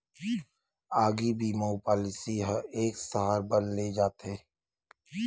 आगी बीमा अउ पॉलिसी ह एक साल बर ले जाथे